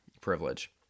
privilege